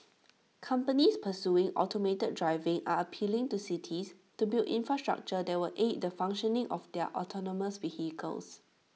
companies pursuing automated driving are appealing to cities to build infrastructure that will aid the functioning of their autonomous vehicles